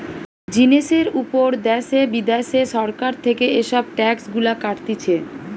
জিনিসের উপর দ্যাশে বিদ্যাশে সরকার থেকে এসব ট্যাক্স গুলা কাটতিছে